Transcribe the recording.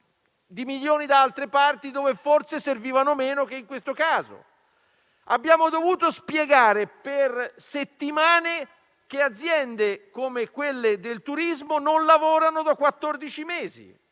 di milioni da altre parti, dove forse servivano meno che in questo caso. Abbiamo dovuto spiegare per settimane che aziende come quelle del turismo non lavorano da